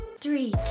three